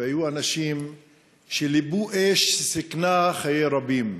והיו אנשים שליבו אש שסיכנה חיי רבים.